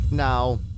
now